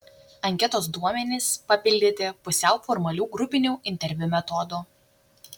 anketos duomenys papildyti pusiau formalių grupinių interviu metodu